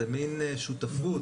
זה מן שותפות.